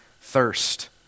thirst